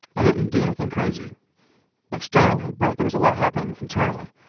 i didn't do anything crazy externally but there was a lot happening internally.